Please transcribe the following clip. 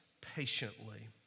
patiently